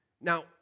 Now